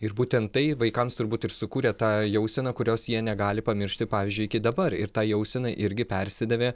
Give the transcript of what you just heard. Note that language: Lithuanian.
ir būtent tai vaikams turbūt ir sukūrė tą jauseną kurios jie negali pamiršti pavyzdžiui iki dabar ir tą jauseną irgi persidavė